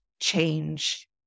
change